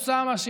אוסאמה,